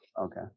okay